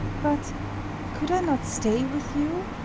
but could i not stay with you,